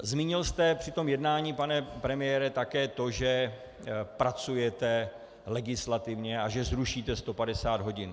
Zmínil jste při tom jednání, pane premiére, také to, že pracujete legislativně a že zrušíte 150 hodin.